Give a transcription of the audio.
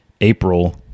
April